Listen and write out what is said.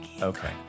Okay